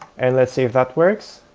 and let's see if that works.